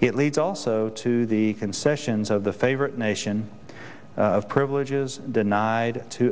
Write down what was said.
it leads also to the concessions of the favorite nation privileges denied to